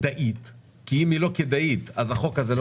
שכדאית כי אם היא לא כדאית אז החוק הזה לא